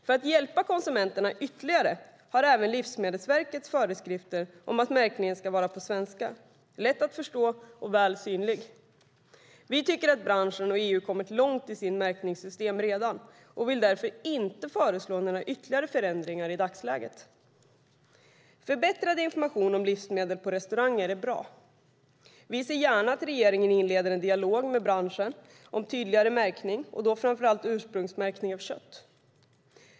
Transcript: För att hjälpa konsumenterna ytterligare har även Livsmedelsverket föreskrifter om att märkningen ska vara på svenska, lätt att förstå och väl synlig. Vi tycker att branschen och EU har kommit långt i sina märkningssystem redan och vill därför inte i dagsläget föreslå några ytterligare förändringar. Förbättrad information om livsmedel på restauranger är bra. Vi ser gärna att regeringen inleder en dialog med branschen om tydligare märkning, och då framför allt ursprungsmärkning av kött.